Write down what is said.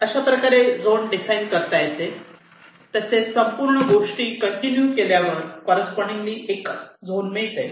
अशाप्रकारे zone define करता येते तसेच संपूर्ण गोष्टी कंटिन्यू केल्यावर कॉररेस्पॉन्डिन्गली एकच झोन मिळते